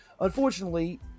Unfortunately